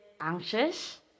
anxious